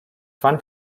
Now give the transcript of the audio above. fan